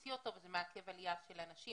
להוציא אותו וזה מעכב עלייה של אנשים.